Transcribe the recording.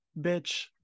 Bitch